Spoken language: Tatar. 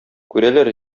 күрәләр